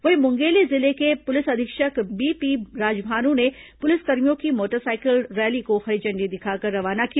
वहीं मुंगेली जिले के पुलिस अधीक्षक बीपी राजभानू ने पुलिसकर्मियों की मोटरसाइकिल रैली को हरी झण्डी दिखाकर रवाना किया